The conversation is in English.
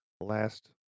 last